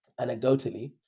anecdotally